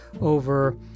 over